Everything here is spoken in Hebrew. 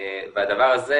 והדבר הזה,